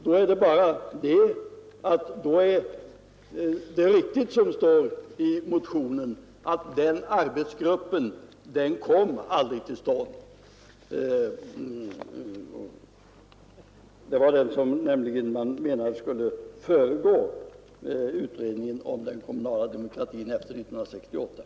Då är det riktigt som det står i motionen att denna arbetsgrupp aldrig kom till stånd. Det gäller den arbetsgrupp som skulle föregå utredningen om den kommunala demokratin efter 1968.